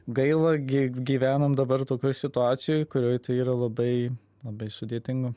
gaila gi gyvenam dabar tokioj situacijoj kurioj tai yra labai labai sudėtinga